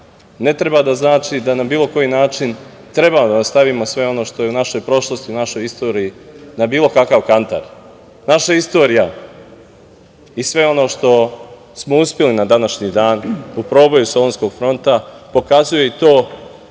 ne treba da znači da na bilo koji način treba da stavimo sve ono što je u napoj prošlosti, našoj istoriji na bilo kakav kantar. Naša istorija i sve ono što smo uspeli na današnji dan u proboju Solunskog fronta pokazuje i to